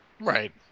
Right